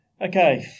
Okay